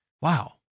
Wow